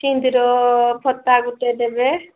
ସିନ୍ଦୁର ଫତା ଗୋଟେ ଦେବେ